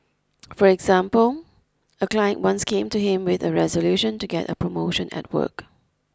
for example a client once came to him with a resolution to get a promotion at work